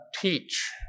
teach